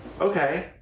Okay